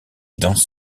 dents